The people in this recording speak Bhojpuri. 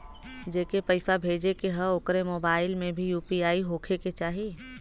जेके पैसा भेजे के ह ओकरे मोबाइल मे भी यू.पी.आई होखे के चाही?